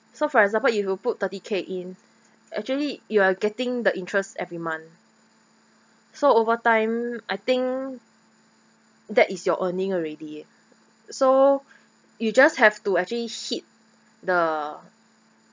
so for example if you put thirty K in actually you are getting the interest every month so over time I think that is your earning already so you just have to actually hit the